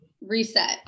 reset